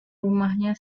rumahnya